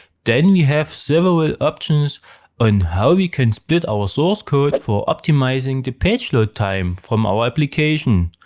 then we have several ah options on how we can split our source code for optimizing the page load time from our application.